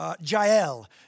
Jael